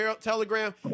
Telegram